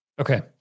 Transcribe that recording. Okay